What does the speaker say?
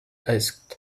asked